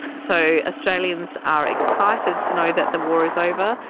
so australians are excited to know that the war is over,